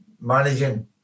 managing